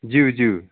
ज्यू ज्यू